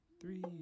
three